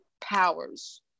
powers